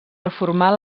reformar